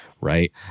right